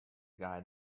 guy